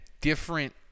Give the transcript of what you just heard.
different